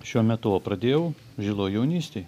šiuo metu va pradėjau žiloj jaunystėj